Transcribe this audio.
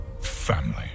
Family